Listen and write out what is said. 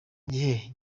gihe